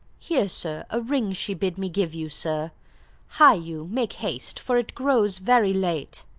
here, sir, a ring she bid me give you, sir hie you, make haste, for it grows very late.